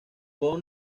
por